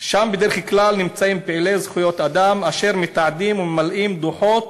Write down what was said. ששם בדרך כלל נמצאים פעילי זכויות אדם אשר מתעדים וממלאים דוחות